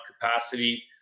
capacity